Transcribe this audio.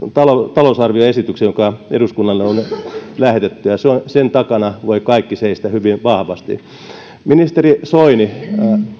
talousarvioesityksessä joka eduskunnalle on lähetetty ja sen takana voivat kaikki seistä hyvin vahvasti ministeri soini